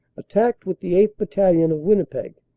attacked with the eighth. bat talion, of winni peg,